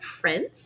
prince